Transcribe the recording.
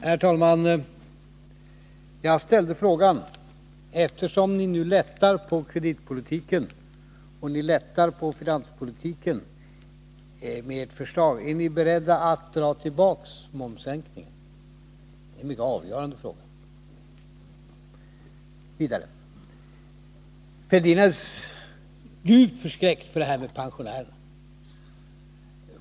Herr talman! Jag ställde frågan: Eftersom ni nu med ert förslag lättar på kreditpolitiken och på finanspolitiken, är ni beredda att dra tillbaka förslaget om momssänkning? Det är en mycket avgörande fråga. Vidare: Thorbjörn Fälldin är djupt förskräckt över det här med pensionärerna.